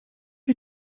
had